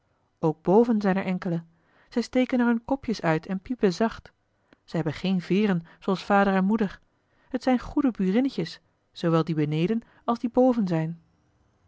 ook boven zijn er enkele zij steken er hun kopjes uit en piepen zacht zij hebben geen veeren zooals vader en moeder het zijn goede burinnetjes zoowel die beneden als die boven zijn